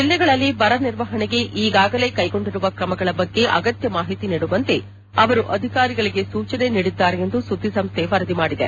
ಜೆಲ್ಲೆಗಳಲ್ಲಿ ಬರ ನಿರ್ವಹಣೆಗೆ ಈಗಾಗಲೇ ಕೈಗೊಂಡಿರುವ ಕ್ರಮಗಳ ಬಗ್ಗೆ ಅಗತ್ಯ ಮಾಹಿತಿ ನೀಡುವಂತೆ ಅವರು ಅಧಿಕಾರಿಗಳಗೆ ಸೂಚನೆ ನೀಡಿದ್ದಾರೆ ಎಂದು ಸುದ್ದಿಸಂಸ್ಥೆ ವರದಿ ಮಾಡಿದೆ